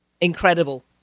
incredible